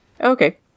Okay